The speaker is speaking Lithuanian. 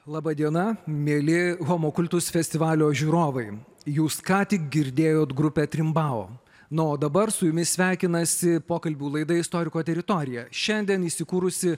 laba diena mieli homo kultus festivalio žiūrovai jūs ką tik girdėjote grupę trimbao na o dabar su jumis sveikinasi pokalbių laida istoriko teritorija šiandien įsikūrusi